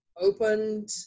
opened